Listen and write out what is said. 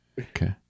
Okay